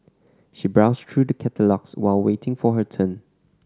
she browsed through the catalogues while waiting for her turn